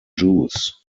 juice